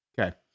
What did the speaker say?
Okay